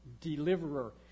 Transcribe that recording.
deliverer